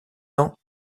ans